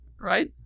right